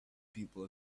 people